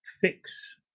fix